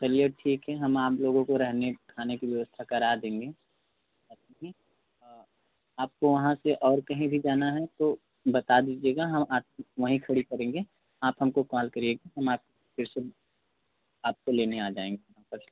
चलिए ठीक है हम आप लोगों को रहने खाने की व्यवस्था करा देंगे आपको वहाँ से और कहीं भी जाना है तो बता दीजिएगा हम ऑटो वहीं खड़ी करेंगे आप हमको कॉल करिएगा हम आप फिर से आपको लेने आ जाएँगे पर